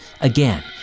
Again